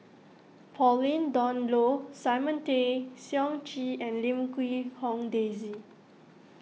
Pauline Dawn Loh Simon Tay Seong Chee and Lim Quee Hong Daisy